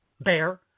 bear